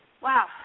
Wow